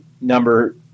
Number